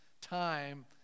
time